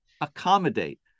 accommodate